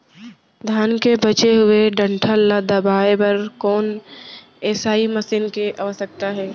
धान के बचे हुए डंठल ल दबाये बर कोन एसई मशीन के आवश्यकता हे?